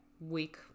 week